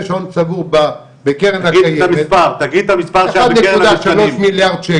אחד נקודה שלוש מיליארד שקל,